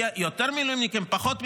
יהיו יותר מילואימניקים, פחות מילואימניקים,